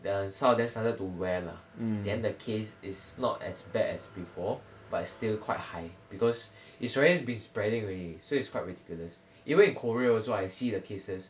ya some of them started to wear lah then the case is not as bad as before but it's still quite high because it's always been spreading already so it's quite ridiculous even in korea also I see the cases